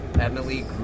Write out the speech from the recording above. Emily